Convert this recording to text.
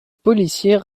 policiers